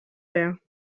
there